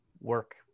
work